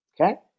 Okay